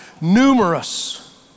numerous